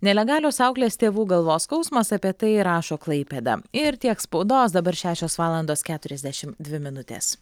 nelegalios auklės tėvų galvos skausmas apie tai rašo klaipėda ir tiek spaudos dabar šešios valandos keturiasdešim dvi minutės